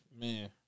Man